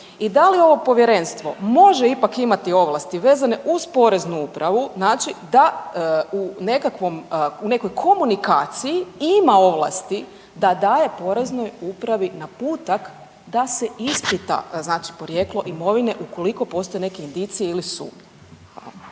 i da li ovo povjerenstvo može ipak imati ovlasti vezane uz poreznu upravu, znači da u nekakvom, u nekoj komunikaciji ima ovlasti da daje poreznoj upravi naputak da se ispita znači porijeklo imovine ukoliko postoje neke indicije ili